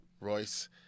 Royce